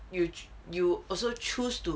you you also choose to